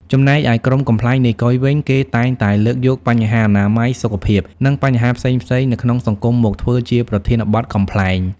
ចំណែកឯក្រុមកំប្លែងនាយកុយវិញ គេតែងតែលើកយកបញ្ហាអនាម័យ សុខភាព និងបញ្ហាផ្សេងៗនៅក្នុងសង្គមមកធ្វើជាប្រធានបទកំប្លែង។